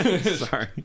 Sorry